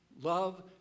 love